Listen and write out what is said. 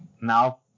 Now